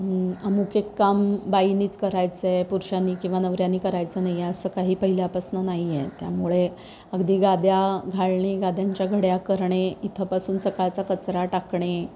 अमूक एक काम बाईनेच करायचं आहे पुरषांनी किंवा नवऱ्याने करायचं नाही आहे असं काही पहिल्यापासून नाही आहे त्यामुळे अगदी गाद्या घालणे गाद्यांच्या घड्या करणे इथंपासून सकाळचा कचरा टाकणे